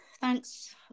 thanks